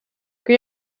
kan